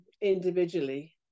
individually